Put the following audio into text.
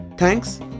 Thanks